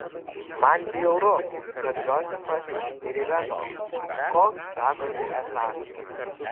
man bjauru kad džozefas ir yra toks koks sakosi esąs